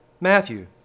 Matthew